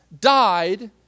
died